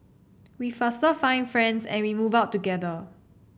we faster find friends and we move out together